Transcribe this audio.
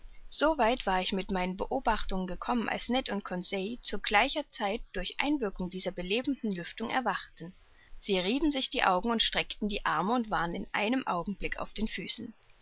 soweit war ich mit meinen beobachtungen gekommen als ned und conseil zu gleicher zeit durch einwirkung dieser belebenden lüftung erwachten sie rieben sich die augen streckten die arme und waren in einem augenblick auf den füßen